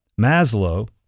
Maslow